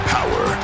Power